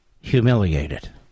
humiliated